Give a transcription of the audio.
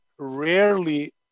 rarely